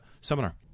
seminar